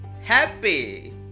happy